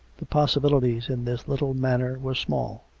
the possibilities in this little manor were small.